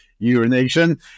Urination